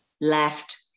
left